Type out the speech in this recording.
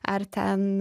ar ten